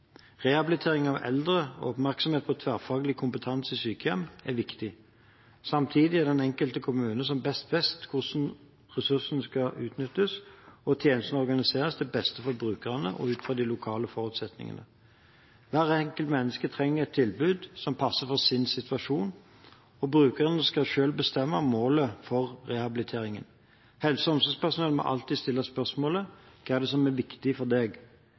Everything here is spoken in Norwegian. Rehabilitering av eldre og oppmerksomhet på tverrfaglig kompetanse i sykehjem er viktig. Samtidig er det den enkelte kommune som vet best hvordan ressursene skal utnyttes og tjenestene organiseres til beste for brukerne og ut fra de lokale forutsetningene. Hvert enkelt menneske trenger et tilbud som passer for deres situasjon, og brukeren skal selv bestemme målet for rehabiliteringen. Helse- og omsorgspersonell må alltid stille spørsmålet: Hva er det som er viktig for deg?